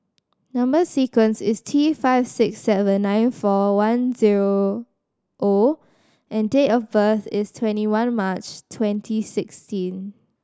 number sequence is T five six seven nine four one zeroO and date of birth is twenty one March twenty sixteen